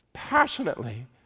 passionately